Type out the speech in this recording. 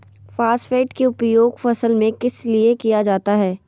Phosphate की उपयोग फसल में किस लिए किया जाता है?